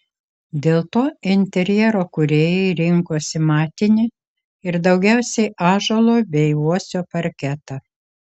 dėl to interjero kūrėjai rinkosi matinį ir daugiausiai ąžuolo bei uosio parketą